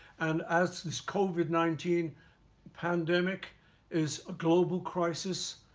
and as this covid nineteen pandemic is a global crisis,